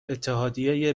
اتحادیه